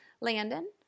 Landon